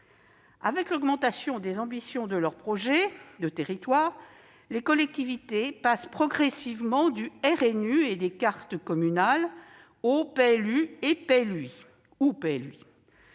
Avec l'augmentation des ambitions de leurs projets de territoire, les collectivités passent progressivement du RNU et des cartes communales au PLU ou au PLUi.